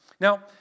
Now